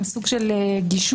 סוג של גישור.